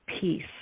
peace